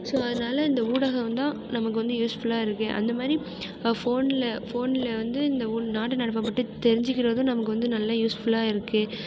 so அதனால் இந்த ஊடகம்தான் நமக்கு வந்து யூஸ்ஃபுல்லாக இருக்குது அந்த மாதிரி ஃபோனில் ஃபோனில் வந்து இந்த நாட்டு நடப்பை பற்றி தெரிஞ்சுக்கிறதும் நமக்கு வந்து நல்ல யூஸ்ஃபுல்லாக இருக்குது